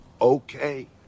okay